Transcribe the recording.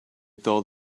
thought